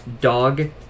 dog